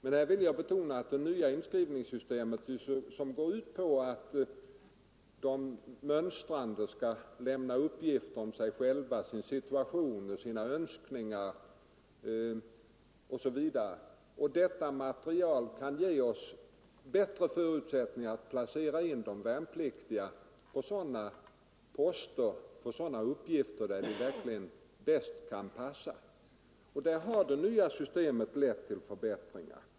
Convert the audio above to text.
Det nya inskriv — undvika inkallelse ningssystemet går ut på att de mönstrande skall lämna uppgifter om av värnpliktiga med sig själva, sin situation, sina önskningar osv. Detta material kan ge oss = psykiska besvär bättre förutsättningar att placera de värnpliktiga på uppgifter för vilka de passar bäst. Detta nya system har lett till färbättringar.